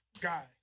guy